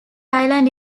island